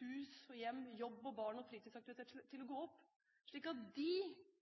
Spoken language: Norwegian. hus og hjem, jobb, barn og fritidsaktiviteter til